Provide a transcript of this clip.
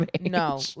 no